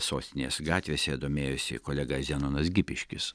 sostinės gatvėse domėjosi kolega zenonas gipiškis